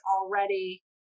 already